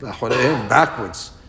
backwards